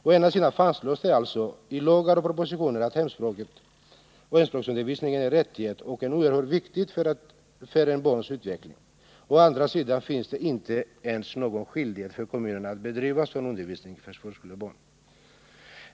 Å ena sidan fastslås det alltså i lagar och propositioner att hemspråksundervisning är en rättighet och att den är oerhört viktig för ett barns utveckling, men å andra sidan finns det inte någon skyldighet för kommunerna att bedriva sådan undervisning för förskolebarnen.